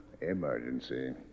Emergency